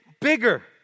Bigger